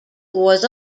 was